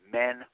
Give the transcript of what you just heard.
men